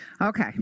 Okay